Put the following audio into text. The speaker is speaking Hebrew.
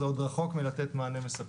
זה עוד רחוק מלתת מענה מספק.